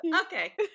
Okay